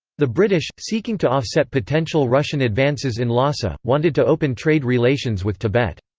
the british, seeking to offset potential russian advances in lhasa, wanted to open trade relations with tibet.